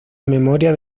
memoria